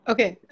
Okay